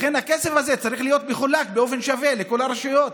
לכן הכסף הזה צריך להיות מחולק באופן שווה לכל הרשויות.